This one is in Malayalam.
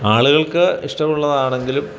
ആളുകൾക്ക് ഇഷ്ടമുള്ളതാണെങ്കിലും